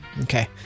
Okay